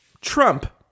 Trump